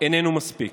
איננו מספיק.